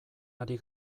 ari